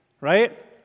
right